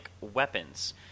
weapons